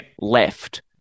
left